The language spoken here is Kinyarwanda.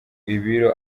ibiro